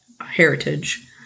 heritage